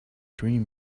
dream